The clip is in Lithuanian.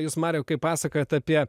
jūs mariau kai pasakojat apie